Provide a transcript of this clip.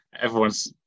Everyone's